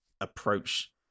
approach